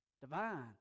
divine